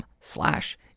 slash